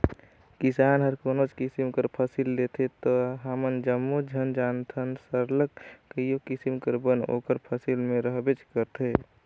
किसान हर कोनोच किसिम कर फसिल लेथे ता हमन जम्मो झन जानथन सरलग कइयो किसिम कर बन ओकर फसिल में रहबेच करथे